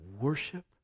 worship